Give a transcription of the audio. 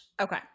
Okay